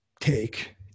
take